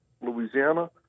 Louisiana